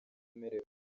umerewe